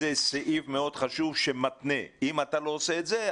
סעיף מאוד חשוב שמתנה: אם אתה לא עושה את זה,